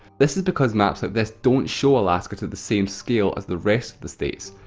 this is because maps like this don't show alaska to the same scale as the rest of the states.